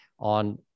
On